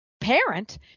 parent